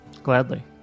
Gladly